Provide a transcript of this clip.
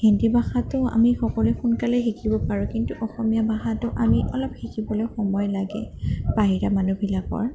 হিন্দী ভাষাটো আমি সকলোৱে সোনকালে শিকিব পাৰোঁ কিন্তু অসমীয়া ভাষাটো আমি অলপ শিকিবলৈ সময় লাগে বাহিৰা মানুহবিলাকৰ